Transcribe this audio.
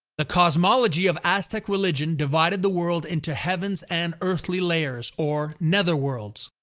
the cosmology of aztec religion divided the world into heavens and earthly layers or netherworlds.